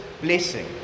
blessing